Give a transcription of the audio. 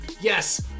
yes